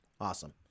Awesome